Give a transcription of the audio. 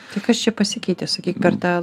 tai kas čia pasikeitė sakyk per tą